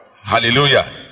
hallelujah